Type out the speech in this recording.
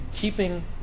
keeping